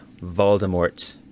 Voldemort